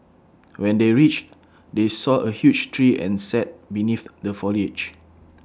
when they reached they saw A huge tree and sat beneath the foliage